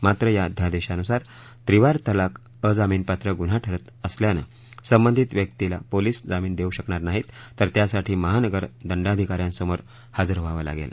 मात्र या अध्यादेशानुसार त्रिवार तलाक अजामीनपात्र गुन्हा ठरत असल्यान साधित व्यक्तीला पोलीस जामीन देऊ शकणार नाहीत तर त्यासाठी महानगर दद्वाधिकाऱ्यासमोर हजर व्हावल्रागेल